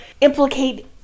implicate